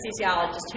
anesthesiologist